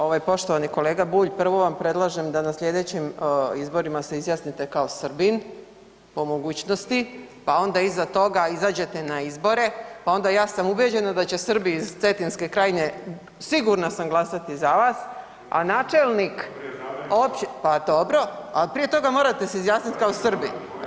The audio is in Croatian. Evo, ovaj poštovani kolega Bulj, prvo vam predlažem da na slijedećim izborima se izjasnite kao Srbin po mogućnosti, pa onda iza toga izađete na izbore, pa onda ja sam ubjeđena da će Srbi iz Cetinske krajine sigurna sam glasati za vas, a načelnik … [[Upadica iz klupe se ne razumije]] općine, pa dobro, al prije toga morate se izjasniti kao Srbin.